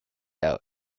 out